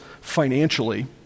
financially